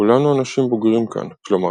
"כולנו אנשים בוגרים כאן" – כלומר,